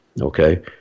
okay